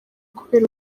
kubera